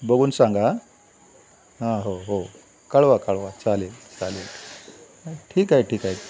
बघून सांगा हां हां हो हो कळवा कळवा चालेल चालेल ठीक आहे ठीक आहे